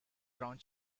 brown